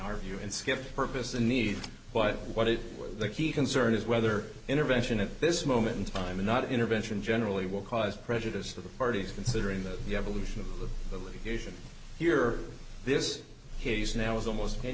the purpose the need but what is the key concern is whether intervention at this moment in time and not intervention generally will cause prejudice to the parties considering that the evolution of the litigation here this case now is almost ten